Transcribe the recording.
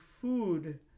food